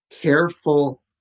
careful